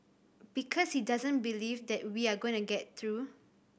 because he doesn't believe that we are going to get through